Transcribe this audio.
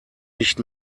nicht